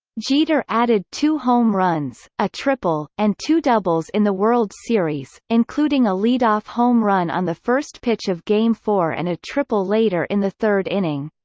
jeter added two home runs, a triple, and two doubles in the world series, including a leadoff home run on the first pitch of game four and a triple later in the third inning.